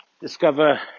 discover